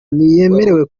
ntiyemerewe